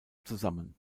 zusammen